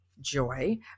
joy